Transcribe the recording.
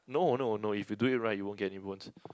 no no no if you do it right you won't get any bones